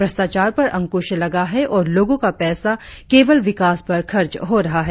भ्रष्टाचार पर अंकुश लगा है और लोगों का पैसा केवल विकास पर खर्च हो रहा है